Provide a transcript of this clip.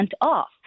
off